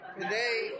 today